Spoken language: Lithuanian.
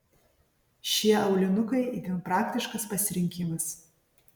šie aulinukai itin praktiškas pasirinkimas